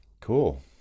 Cool